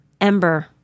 Ember